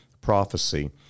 prophecy